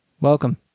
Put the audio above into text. Welcome